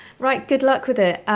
right good luck with it!